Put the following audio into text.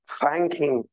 thanking